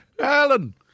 Alan